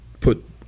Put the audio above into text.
put